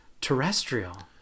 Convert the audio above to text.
terrestrial